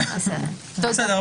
בסדר,